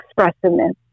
expressiveness